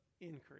increase